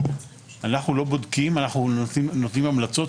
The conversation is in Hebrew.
אנחנו לא בודקים, אנחנו נותנים המלצות.